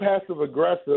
passive-aggressive